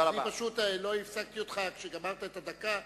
פשוט לא הפסקתי אותך כשגמרת את הדקה,